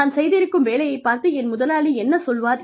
நான் செய்திருக்கும் வேலையைப் பார்த்து என் முதலாளி என்ன சொல்வார்